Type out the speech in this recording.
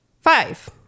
Five